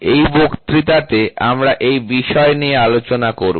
এই বক্তৃতাতে আমরা এই বিষয় নিয়ে আলোচনা করব